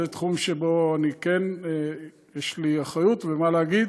זה תחום שבו כן יש לי אחריות ומה להגיד.